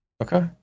okay